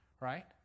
right